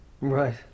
Right